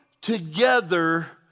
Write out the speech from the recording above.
together